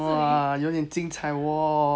!wah! 有点精彩 !wah!